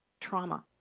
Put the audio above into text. trauma